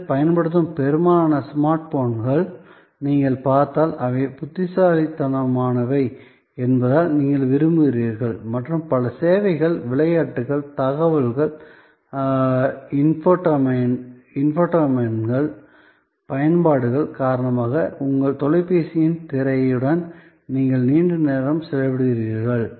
இன்று பயன்படுத்தும் பெரும்பாலான ஸ்மார்ட் போன்களை நீங்கள் பார்த்தால் அவை புத்திசாலித்தனமானவை என்பதால் நீங்கள் விரும்புகிறீர்கள் மற்றும் பல சேவைகள் விளையாட்டுகள் தகவல் இன்ஃபோடெயின்மென்ட் பயன்பாடுகள் காரணமாக உங்கள் தொலைபேசியின் திரையுடன் நீங்கள் நீண்டநேரம் செலவிடுகிறீர்கள்